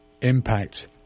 impact